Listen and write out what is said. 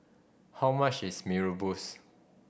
how much is Mee Rebus